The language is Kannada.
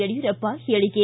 ಯಡಿಯೂರಪ್ಪ ಹೇಳಿಕೆ